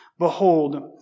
Behold